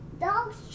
dog's